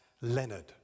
Leonard